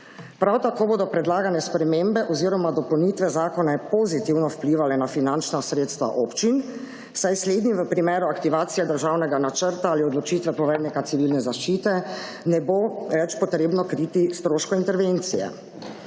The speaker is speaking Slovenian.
Prav tako bodo predlagane spremembe oziroma dopolnitve zakona pozitivno vplivale na finančna sredstva občin, saj slednji v primeru aktivacije državnega načrta ali odločitve poveljnika civilne zaščite ne bo več potrebno kriti stroškov intervencije.